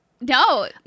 No